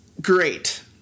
great